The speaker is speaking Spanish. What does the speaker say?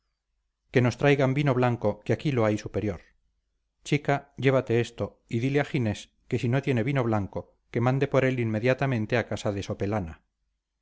que nos traigan vino blanco que aquí lo hay superior chica llévate esto y dile a ginés que si no tiene vino blanco que mande por él inmediatamente a casa de sopelana